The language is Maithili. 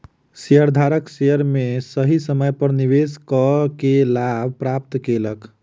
शेयरधारक शेयर में सही समय पर निवेश कअ के लाभ प्राप्त केलक